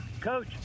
Coach